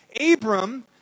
Abram